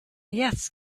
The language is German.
jetzt